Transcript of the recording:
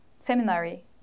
seminary